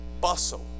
bustle